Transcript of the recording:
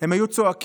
הם היו צועקים,